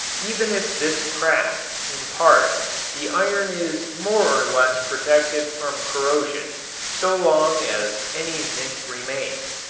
even if this cracks in part the iron is more or less protected from corrosion so long as any zinc remains.